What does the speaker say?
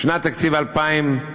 בשנת התקציב 2011,